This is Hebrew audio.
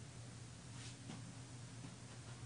שלום